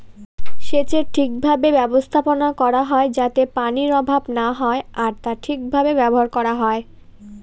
সেচের ঠিক ভাবে ব্যবস্থাপনা করা হয় যাতে পানির অভাব না হয় আর তা ঠিক ভাবে ব্যবহার করা হয়